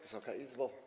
Wysoka Izbo!